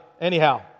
anyhow